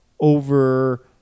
over